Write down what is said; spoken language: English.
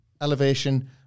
elevation